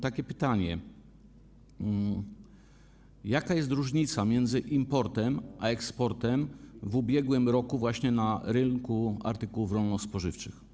Takie pytanie: Jaka jest różnica między importem a eksportem w ubiegłym roku właśnie na rynku artykułów rolno-spożywczych?